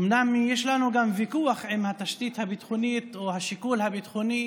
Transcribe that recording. אומנם יש לנו גם ויכוח עם התשתית הביטחונית או השיקול הביטחוני